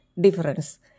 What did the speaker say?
difference